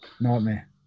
Nightmare